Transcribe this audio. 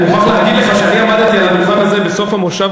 אני מוכרח להגיד לך שעמדתי על הדוכן הזה בסוף המושב